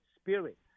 spirit